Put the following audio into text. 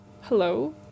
hello